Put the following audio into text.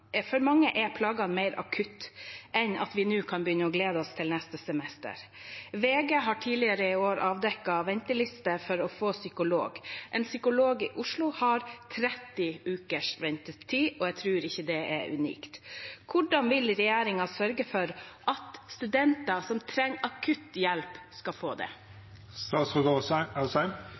mer akutte enn at vi nå kan begynne å glede oss til neste semester. VG har tidligere i år avdekket ventelister for å få psykolog. En psykolog i Oslo har 30 ukers ventetid, og jeg tror ikke det er unikt. Hvordan vil regjeringen sørge for at studenter som trenger akutt hjelp, skal få